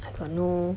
I got no